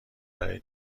برای